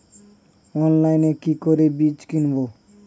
অনলাইনে কি করে বীজ কিনব?